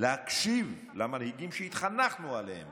להקשיב למנהיגים שהתחנכנו עליהם